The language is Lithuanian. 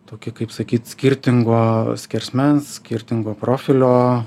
toki kaip sakyt skirtingo skersmens skirtingo profilio